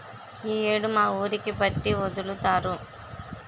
ఈ యేడు మా ఊరికి బట్టి ఒదులుతారు